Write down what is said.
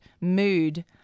Mood